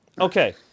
okay